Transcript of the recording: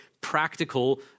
practical